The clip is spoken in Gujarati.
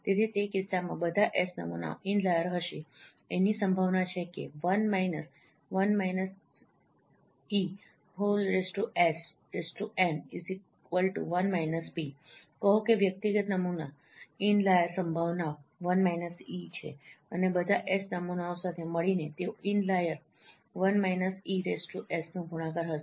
તેથી તે કિસ્સામાં બધા S નમૂનાઓ ઇનલાઈર હશે એની સંભાવના છે કે 1 − 1 − esN 1 − p કહો કે વ્યક્તિગત નમૂના ઇનલાઈર સંભાવનાઓ છે અને બધા S નમૂનાઓ સાથે મળીને તેઓ ઇનલાઈર 1 − es નો ગુણાકાર હશે